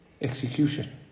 execution